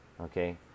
Okay